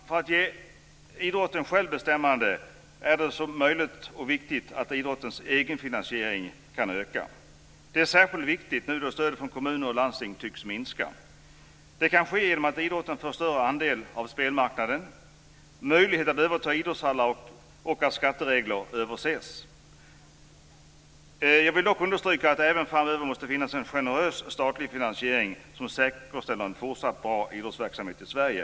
För att ge idrotten så stort självbestämmande som möjligt är det viktigt att idrottens egenfinansiering kan öka. Det är särskilt viktigt nu då stödet från kommuner och landsting tycks minska. Det kan ske genom att idrotten får större andel av spelmarknaden och möjlighet att överta idrottshallar liksom genom att skatteregler ses över. Jag vill dock understryka att det även framöver måste finnas en generös statlig finansiering som säkerställer en fortsatt bra idrottsverksamhet i Sverige.